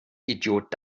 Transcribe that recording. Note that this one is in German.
idiot